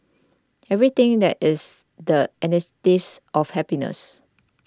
everything that is the antithesis of happiness